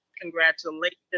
Congratulations